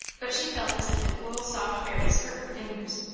but she felt as if the cool soft berries hurt her fingers.